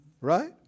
right